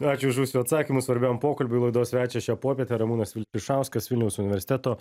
ačiū už jūsų atsakymus svarbiam pokalbiui laidos svečias šią popietę ramūnas vilpišauskas vilniaus universiteto